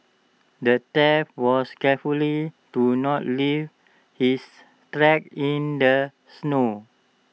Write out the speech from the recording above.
the thief was carefully to not leave his tracks in the snow